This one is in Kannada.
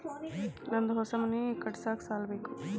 ನಂದು ಹೊಸ ಮನಿ ಕಟ್ಸಾಕ್ ಸಾಲ ಬೇಕು